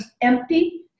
empty